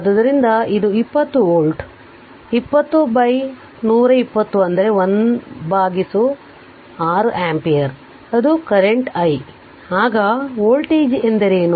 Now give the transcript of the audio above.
ಆದ್ದರಿಂದ ಇದು 20 ವೋಲ್ಟ್ ಆದ್ದರಿಂದ 20120 ಅಂದರೆ 16 ಆಂಪಿಯರ್ ಅದು ಅದು ಕರೆಂಟ್ i ಆಗ ವೋಲ್ಟೇಜ್ ಎಂದರೇನು